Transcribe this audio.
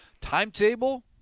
Timetable